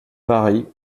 paris